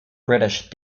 british